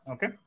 Okay